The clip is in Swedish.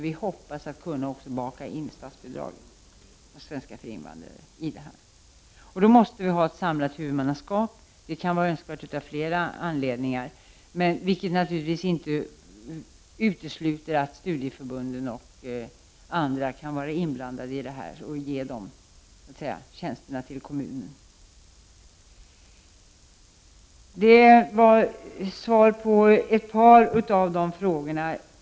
Vi hoppas alltså att i statsbidraget kunna baka in svenska för invandrare. För detta måste vi också ha ett samlat huvudmannaskap, vilket kan vara önskvärt av flera anledningar. Ett sådant huvudmannaskap utesluter dock naturligtvis inte att studieförbunden och andra intressenter kan vara engagerade i detta sammanhang och utföra tjänster för kommunerna. Detta var svar på ett par av frågorna.